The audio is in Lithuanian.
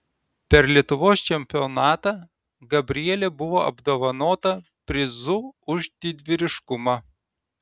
per lietuvos čempionatą gabrielė buvo apdovanota prizu už didvyriškumą